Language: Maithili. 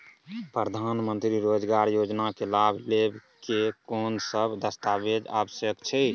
प्रधानमंत्री मंत्री रोजगार योजना के लाभ लेव के कोन सब दस्तावेज आवश्यक छै?